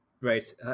right